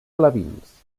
alevins